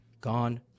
gone